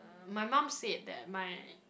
my mum said that my